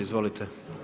Izvolite.